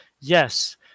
yes